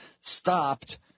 stopped